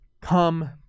come